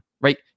right